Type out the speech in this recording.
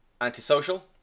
Antisocial